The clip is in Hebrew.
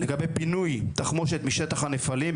לגבי פינוי תחמושת משטח הנפלים,